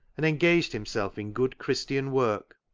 and engaged himself in good christian work.